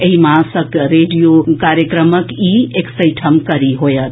एहि मासिक रेडियो कार्यक्रमक इ एकसठिम कड़ी होयत